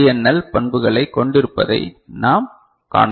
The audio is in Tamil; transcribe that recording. எல் பண்புகளைக் கொண்டிருப்பதை நாம் காணலாம்